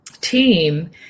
team